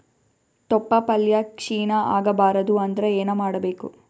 ತೊಪ್ಲಪಲ್ಯ ಕ್ಷೀಣ ಆಗಬಾರದು ಅಂದ್ರ ಏನ ಮಾಡಬೇಕು?